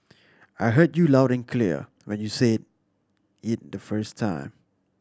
I heard you loud and clear when you said it the first time